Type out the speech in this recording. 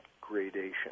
gradation